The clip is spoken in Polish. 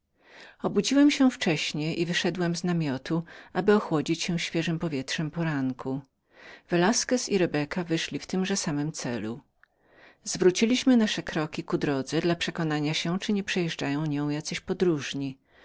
obudziłem się wcześnie i wyszedłem z namiotu aby ochłodzić się świeżem powietrzem poranku velasquez i fałszywa uzeda wyszli w tymże samym celu zwróciliśmy nasze kroki ku wielkiej drodze dla przekonania się czy nie przejeżdżają jacy podróżni